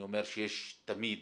אני אומר שיש תמיד